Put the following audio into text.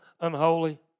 unholy